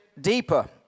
deeper